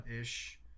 ish